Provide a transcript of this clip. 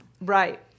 Right